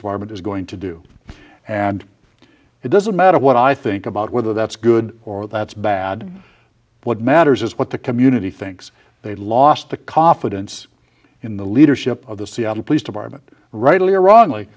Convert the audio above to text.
department is going to do and it doesn't matter what i think about whether that's good or that's bad what matters is what the community thinks they lost the confidence in the leadership of the seattle police department rightly or wrongly